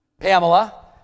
Pamela